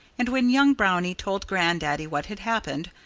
and when young brownie told grandaddy what had happened,